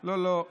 לא, לא.